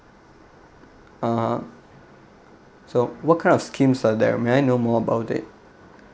(uh huh) so what kind of schemes are there may I know more about it